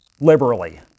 liberally